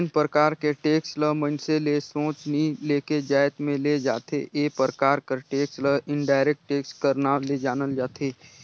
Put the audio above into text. जेन परकार के टेक्स ल मइनसे ले सोझ नी लेके जाएत में ले जाथे ए परकार कर टेक्स ल इनडायरेक्ट टेक्स कर नांव ले जानल जाथे